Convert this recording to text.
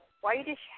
whitish